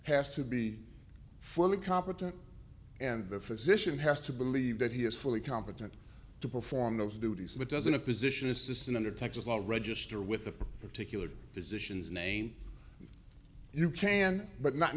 has to be fully competent and the physician has to believe that he is fully competent to perform those duties but doesn't a physician assistant under texas law register with a particular physician's name you can but not